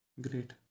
great